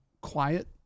quiet